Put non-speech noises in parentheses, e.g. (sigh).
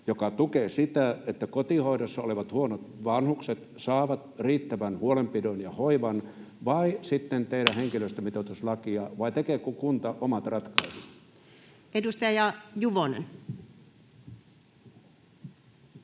joka tukee sitä, että kotihoidossa olevat huonokuntoiset vanhukset saavat riittävän huolenpidon ja hoivan, vai sitten teidän henkilöstömitoituslakia? (noise) Vai tekeekö kunta